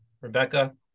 Rebecca